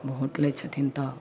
vote लै छथिन तऽ